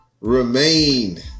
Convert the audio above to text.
remain